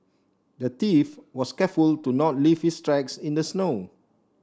the thief was careful to not leave his tracks in the snow